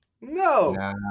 No